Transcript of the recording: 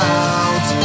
out